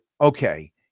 Okay